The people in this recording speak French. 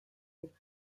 est